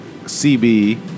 CB